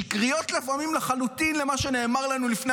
לפעמים שקריות לחלוטין למה שנאמר לנו לפני